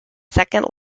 second